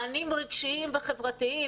מענים רגשיים וחברתיים,